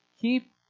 Keep